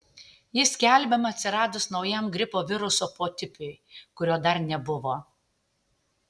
ji skelbiama atsiradus naujam gripo viruso potipiui kurio dar nebuvo